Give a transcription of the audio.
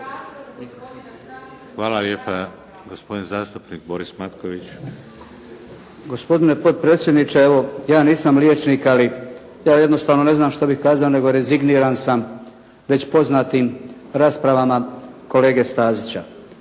Hvala lijepa. Gospodin zastupnik Boris Matković. **Matković, Borislav (HDZ)** Gospodine potpredsjedniče, evo ja nisam liječnik ali ja jednostavno ne znam što bih kazao nego rezigniram sam već poznatim raspravama kolege Stazića.